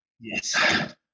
Yes